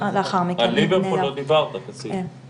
לממ"מ נמצא איתנו אסף,